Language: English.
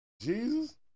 Jesus